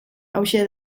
hauxe